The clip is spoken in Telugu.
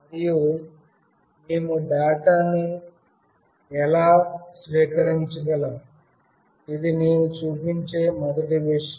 మరియు మేము డేటాను ఎలా స్వీకరించగలం ఇది నేను చూపించే మొదటి విషయం